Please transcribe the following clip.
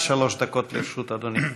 איננה.